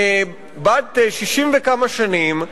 בת 60 וכמה שנים,